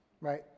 right